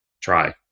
try